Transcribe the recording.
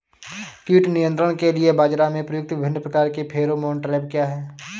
कीट नियंत्रण के लिए बाजरा में प्रयुक्त विभिन्न प्रकार के फेरोमोन ट्रैप क्या है?